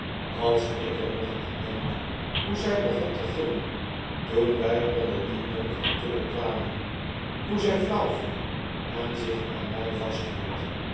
als ik er nog aan denk hoe zg begon te gillen toen wg onder dien donkeren tunnel kwamen hoe zg flauw viel en zich aan mg vasthield